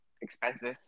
expenses